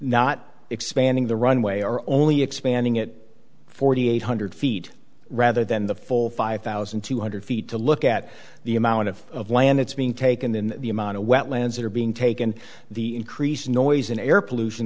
not expanding the runway or only expanding it forty eight hundred feet rather than the full five thousand two hundred feet to look at the amount of of land that's being taken and the amount of wetlands that are being taken the increased noise and air pollution